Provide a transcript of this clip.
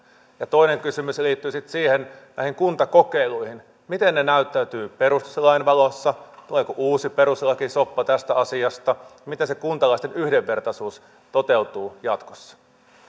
ja toinen kysymys liittyy sitten näihin kuntakokeiluihin miten ne näyttäytyvät perustuslain valossa tuleeko uusi peruslakisoppa tästä asiasta miten se kuntalaisten yhdenvertaisuus toteutuu jatkossa